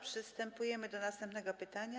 Przystępujemy do następnego pytania.